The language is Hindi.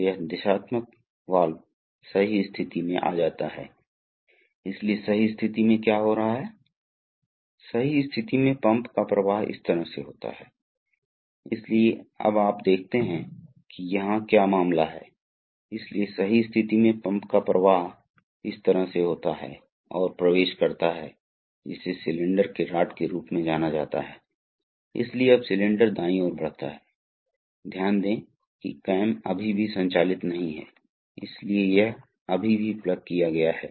जलाशय में प्रवेश किया हुआ वायु भाग हवा के बुलबुले निकIले जाते हैं और प्रवेशित हवा के बुलबुले को निकालना वास्तव में बहुत महत्वपूर्ण है क्योंकि यदि आपके पास है तो आप अच्छी तरह से कल्पना कर सकते हैं कि अगर आपके पास तरल पदार्थ है और जिसमें हवा के बुलबुले हैं तो तरल पदार्थ अपरिमेय नहीं रहता है क्योंकि यदि आप द्रव पर दबाव डालते हैं तो यह हवा के बुलबुले हैं जो संकुचित हो जाएंगे और इसलिए द्रव स्वयं संकुचित हो जाएगा